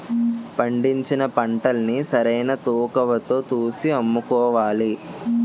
పండించిన పంటల్ని సరైన తూకవతో తూసి అమ్ముకోవాలి